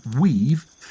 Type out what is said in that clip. weave